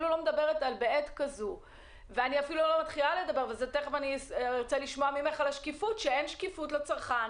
ולמה אין שקיפות לצרכן